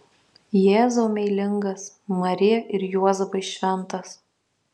jėzau meilingas marija ir juozapai šventas